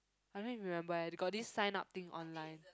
I don't remember leh they got this sign up thing online